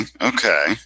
Okay